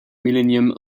millennium